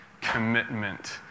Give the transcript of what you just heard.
commitment